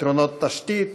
פתרונות תשתית,